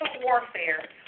warfare